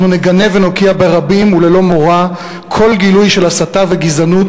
אנחנו נגנה ונוקיע ברבים וללא מורא כל גילוי של הסתה וגזענות